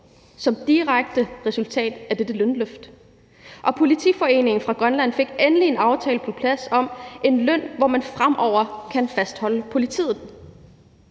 et direkte resultat af dette lønløft. Og politiforeningen i Grønland fik endelig en aftale på plads om en løn, så man fremover kan fastholde politibetjentene.